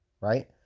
right